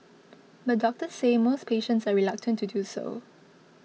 but doctors say most patients are reluctant to do so